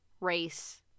race